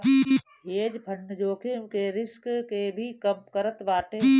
hedge fund जोखिम के risk के भी कम करत बाटे